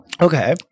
okay